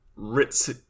Ritz